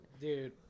dude